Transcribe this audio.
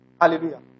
Hallelujah